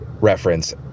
reference